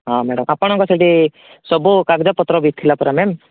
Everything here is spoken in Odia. ହଁ ମ୍ୟାଡ଼ାମ୍ ଆପଣଙ୍କ ସେଠି ସବୁ କାଗଜପତ୍ର ବି ଥିଲା ପରା ମ୍ୟାମ୍